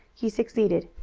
he succeeded.